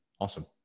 Awesome